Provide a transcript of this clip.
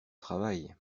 travail